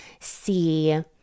see